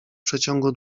przeciągu